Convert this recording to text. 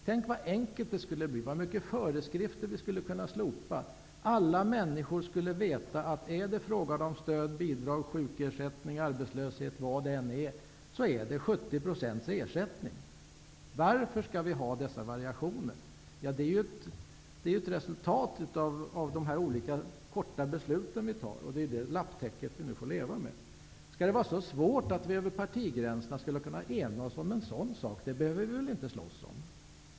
Tänk så enkelt det skulle bli, så många föreskrifter vi skulle kunna slopa! Alla människor skulle veta att är det är 70 % ersättning som gäller vare sig det är fråga om stöd, bidrag, sjukersättning eller arbetslöshetsersättning. Varför skall vi ha dessa variationer? Det är ju ett resultat av de olika kortsiktiga besluten som vi fattar, och det lapptäcket får vi nu leva med. Skall det vara så svårt att över partigränserna kunna enas om en sådan sak? Det behöver vi väl inte slåss om!